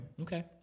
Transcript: Okay